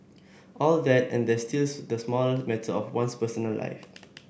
all that and there's still the small matter of one's personal life